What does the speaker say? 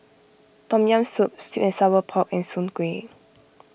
Tom Yam Soup Sweet and Sour Pork and Soon Kueh